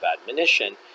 admonition